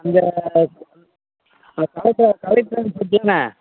அங்கே அந்த அந்த கலெக்ட்ரு ஆ கலெக்ட்ரு ஆஃபீஸ் ஒட்டிதானேண்ண